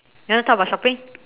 you want talk about shopping